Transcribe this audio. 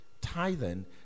Tithing